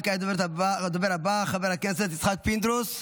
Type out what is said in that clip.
כעת הדובר הבא, חבר הכנסת פינדרוס,